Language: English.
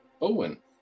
Owen